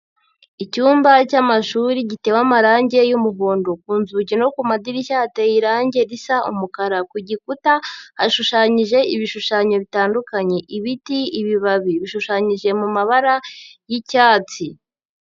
Icyumba cy'amashuri gitewe amarangi y'umuhondo, ku nzu inzugi no ku madirishya hateye irangi risa umukara, ku gikuta hashushanyije ibishushanyo bitandukanye ibiti, ibibabi, bishushanyije mu mabara y'icyatsi.